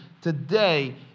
today